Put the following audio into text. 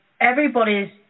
everybody's